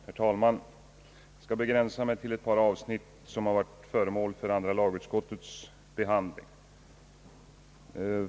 Herr talman! Jag skall begränsa mig till ett par avsnitt som varit föremål för andra lagutskottets behandling.